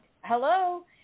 hello